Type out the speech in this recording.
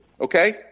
Okay